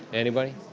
anybody?